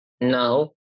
now